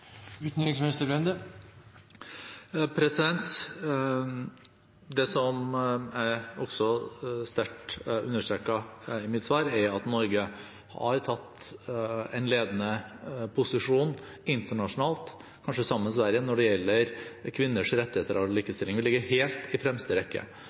Det som jeg også sterkt understreket i mitt svar, er at Norge har tatt en ledende posisjon internasjonalt – kanskje sammen med Sverige – når det gjelder kvinners rettigheter og likestilling. Vi ligger helt i fremste rekke,